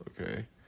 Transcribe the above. Okay